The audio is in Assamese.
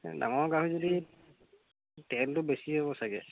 এই ডাঙৰ গাহৰি যদি তেলটো বেছি হ'ব চাগে